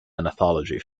anthology